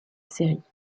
série